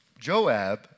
Joab